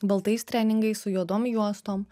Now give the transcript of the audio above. baltais treningais su juodom juostom